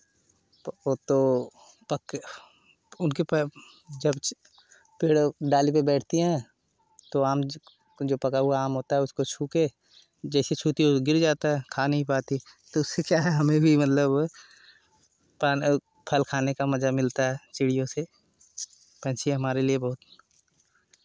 वह तो पक कर उनके पैर जब पेड़ डाली पर बैठती हैं तो आम जो पका हुआ आम होता है उसे छू कर जैसे छूती हैं गिर जाता है खा नहीं पाती तो उससे क्या है हमें भी मतलब पान और फल खाने का मज़ा मिलता है चिड़ियों से पक्षी हमारे लिए बहुत